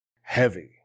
heavy